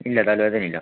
ഇല്ല തലവേദനയില്ല